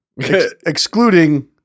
excluding